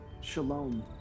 shalom